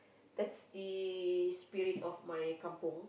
that's the spirit of my kampung